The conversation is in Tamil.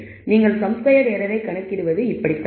ஆகவே நீங்கள் சம் ஸ்கொயர்ட் எரரை கணக்கிடுவது இப்படிதான்